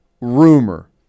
rumor